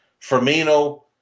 Firmino